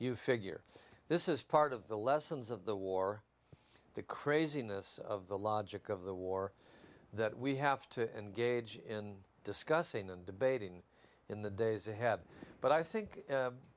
you figure this is part of the lessons of the war the craziness of the logic of the war that we have to engage in discussing and debating in the days ahead but i think